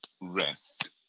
rest